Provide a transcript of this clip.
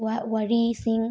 ꯋꯥꯔꯤꯁꯤꯡ